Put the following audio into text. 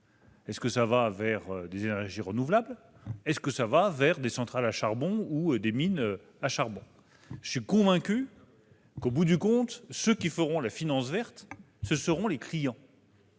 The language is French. Est-elle dirigée vers des énergies renouvelables, vers des centrales ou des mines à charbon ? Je suis convaincu que, au bout du compte, ceux qui feront la finance verte, ce seront les clients.